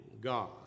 God